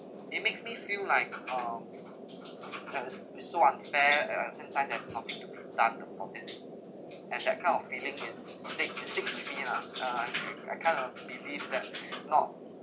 it makes me feel like um that is is so unfair and at the same there's nothing to be done about it and that kind of feeling is stick it stick to me lah uh I I kind of believe that not